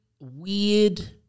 weird